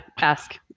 Ask